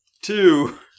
Two